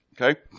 okay